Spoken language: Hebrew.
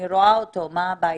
מה הבעיה?